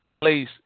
place